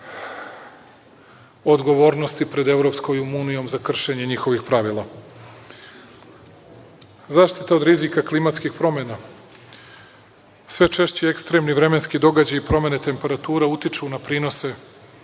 odgovornosti pred EU za kršenje njihovih pravila.Zaštita od rizika klimatskih promena. Sve češće ekstremni vremenski događaji i promene temperatura utiču na prinose